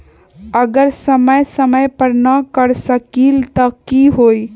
अगर समय समय पर न कर सकील त कि हुई?